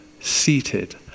seated